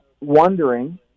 wondering